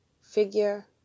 figure